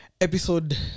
episode